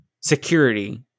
security